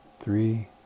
three